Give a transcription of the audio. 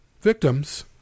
victims